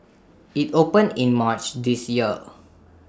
IT opened in March this year